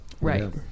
Right